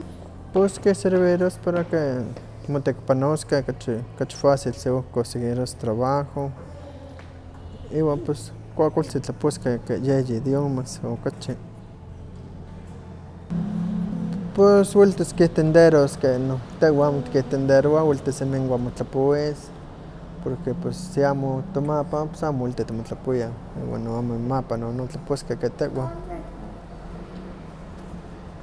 Pus kisirviros ke ma tekipanoskeh kachi fácil seohkonseguiros trabajo iwan kuakualtzi tlapowas ka ika yeyi idiomas o okachi. Pues weltis kehtenderos keh tehwan amo tikentenderowah weltis ininwah motlapowis porque pues si amo tomapan pues amo tiweltih timotlapowiah iwa no amo inmapa nonon tlapowaskeh keh tehwan.